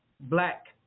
black